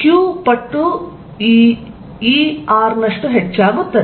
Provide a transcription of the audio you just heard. q ಪಟ್ಟು ಈ E r ನಷ್ಟು ಹೆಚ್ಚಾಗುತ್ತದೆ